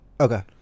Okay